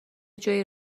جایی